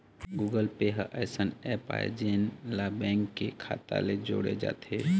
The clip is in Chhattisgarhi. गुगल पे ह अइसन ऐप आय जेन ला बेंक के खाता ले जोड़े जाथे